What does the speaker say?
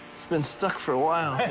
it's been stuck for a while.